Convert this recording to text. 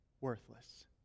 worthless